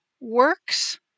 works